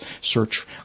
search